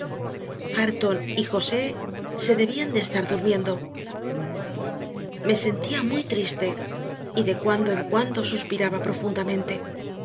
hareton y josé se debían de estar durmiendo me sentía muy triste y de cuando en cuando suspiraba profundamente